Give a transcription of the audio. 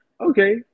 Okay